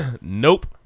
Nope